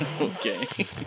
Okay